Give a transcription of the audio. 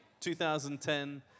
2010